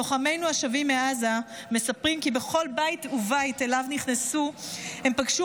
לוחמינו השבים מעזה מספרים כי בכל בית ובית שאליו נכנסו הם פגשו